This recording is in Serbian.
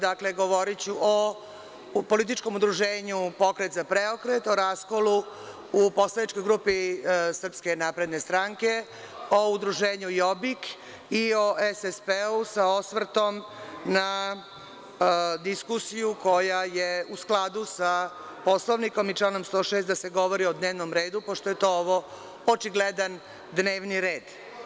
Dakle, govoriću o političkog udruženju Pokret za preokret, raskolu u poslaničkoj grupi SNS, o udruženju „Jobbik“ i o SSP sa osvrtom na diskusiju koja je u skladu sa Poslovnikom i članom 106. da se govori o dnevnom redu pošto je to očigledan dnevni red.